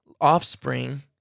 offspring